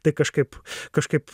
tai kažkaip kažkaip